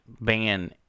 ban